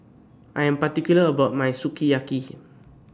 I Am particular about My Sukiyaki